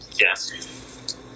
Yes